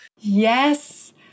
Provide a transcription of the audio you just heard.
Yes